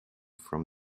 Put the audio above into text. from